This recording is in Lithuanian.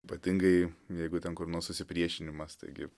ypatingai jeigu ten kur susipriešinimas taigi